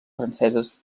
franceses